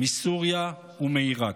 מסוריה ומעיראק.